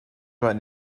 right